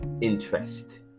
interest